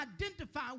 identify